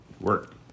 Work